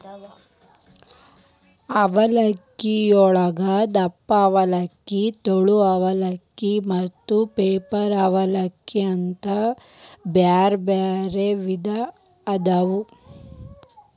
ಅವಲಕ್ಕಿಯೊಳಗ ದಪ್ಪನ ಅವಲಕ್ಕಿ, ತೆಳ್ಳನ ಅವಲಕ್ಕಿ, ಮತ್ತ ಪೇಪರ್ ಅವಲಲಕ್ಕಿ ಅಂತ ಬ್ಯಾರ್ಬ್ಯಾರೇ ವಿಧ ಅದಾವು